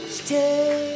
stay